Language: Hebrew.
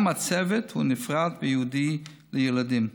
גם הצוות הוא נפרד וייעודי לילדים.